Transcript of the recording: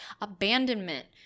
abandonment